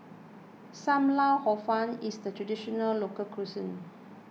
Sam Lau Hor Fun is a Traditional Local Cuisine